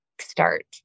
start